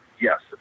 Yes